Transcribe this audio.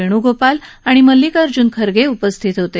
वेणूगोपाल आणि मल्लिकार्जुन खर्गे उपस्थित होते